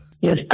Yes